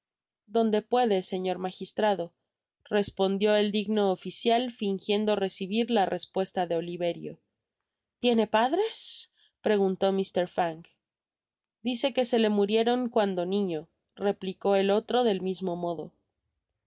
donde puede señor magistrado respondió el digno oficial fingiendo recibir ta respuesta de oliverio tiene padre preguntó mr fang dise que se le murieron cuando niño replicó el o tro del mismo modo en